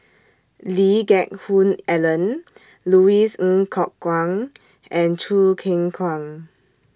Lee Geck Hoon Ellen Louis Ng Kok Kwang and Choo Keng Kwang